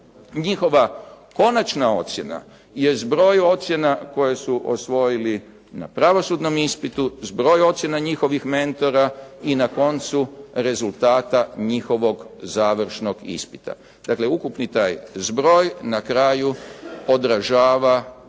Njihova konačna ocjena je zbroj ocjena koje su osvojili na pravosudnom ispitu, zbroj ocjena njihovih mentora i na koncu rezultata njihovog završnog ispita. Dakle, ukupni taj zbroj na kraju odražava